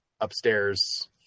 upstairs